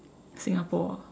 Singapore ah